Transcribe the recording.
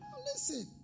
Listen